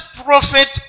prophet